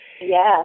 Yes